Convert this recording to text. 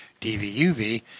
DVUV